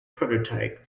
prototype